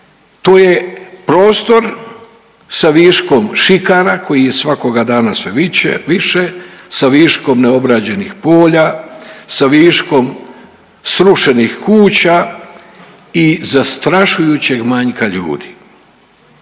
To je prostor sa viškom šikara kojih je svakoga dana sve više, sa viškom neobrađenih polja, sa viškom srušenih kuća i zastrašujućeg manjka ljudi.